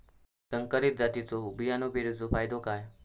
संकरित जातींच्यो बियाणी पेरूचो फायदो काय?